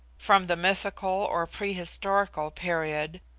from the mythical or pre-historical period,